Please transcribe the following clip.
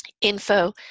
Info